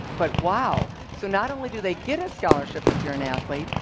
but, wow, so not only do they get a scholarship, if you're an athlete,